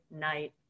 night